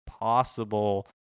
possible